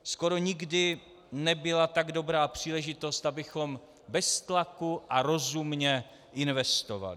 Skoro nikdy nebyla tak dobrá příležitost, abychom bez tlaku a rozumně investovali.